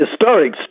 historic